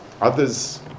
others